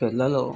పిల్లలు